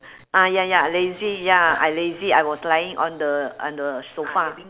ah ya ya lazy ya I lazy I was lying on the on the sofa